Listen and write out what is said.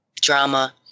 drama